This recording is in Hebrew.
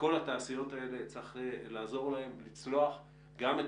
לכל התעשיות האלה צריך לעזור לצלוח גם את